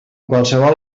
qualsevol